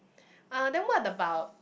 uh then what about